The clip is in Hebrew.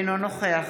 אינו נוכח